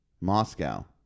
moscow